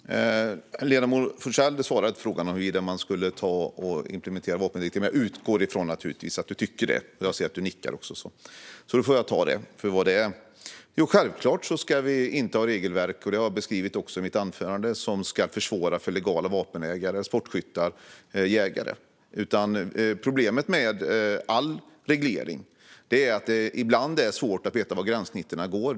Fru talman! Ledamoten Forssell besvarade inte frågan huruvida man skulle implementera vapendirektivet, men jag utgår naturligtvis från att han tycker det. Jag ser också att han nickar, så jag får ta det för vad det är. Självklart ska vi inte ha regelverk som försvårar för legala vapenägare som sportskyttar och jägare. Det beskrev jag i mitt anförande. Men problemet med all reglering är att det ibland är svårt att veta var gränserna går.